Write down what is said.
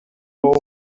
all